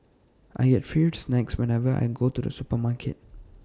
I get free snacks whenever I go to the supermarket